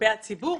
כלפי הציבור.